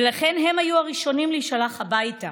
ולכן הם היו הראשונים להישלח הביתה